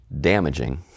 damaging